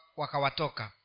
wakawatoka